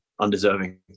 undeserving